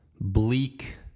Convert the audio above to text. bleak